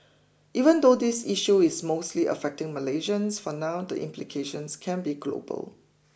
even though this issue is mostly affecting Malaysians for now the implications can be global